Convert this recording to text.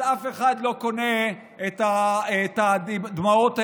אז אף אחד לא קונה את הדמעות האלה.